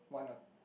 one or